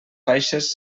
faixes